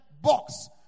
box